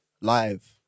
live